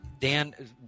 Dan